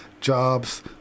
jobs